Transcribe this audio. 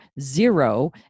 zero